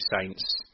Saints